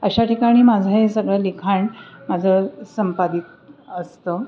अशा ठिकाणी माझं हे सगळं लिखाण माझं संपादित असतं